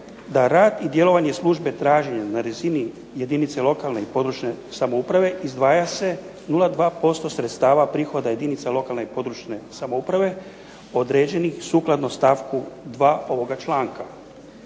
da rad i djelovanje službe traži na razini jedinice lokalne i područne samouprave izdvaja se nula dva posto sredstava prihoda jedinica lokalne i područne samouprave određenih sukladno stavku 2. ovoga članka.